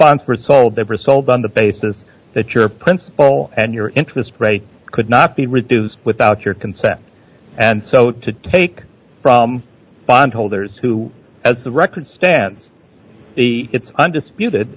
bonds were sold they were sold on the basis that your principal and your interest rate could not be reduced without your consent and so to take from bondholders who as the record stands it's undisputed